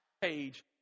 page